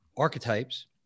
archetypes